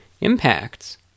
impacts